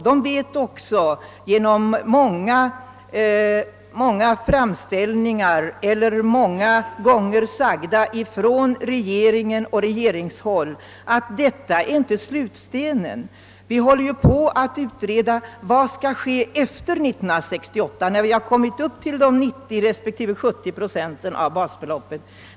De vet också genom utfärdade löften och många uttalanden från regeringshåll att detta inte är slutstenen. Vi håller ju på att utreda vad som skall ske efter 1968 när pensionen kommit upp till 90 respektive 70 procent av basbeloppet.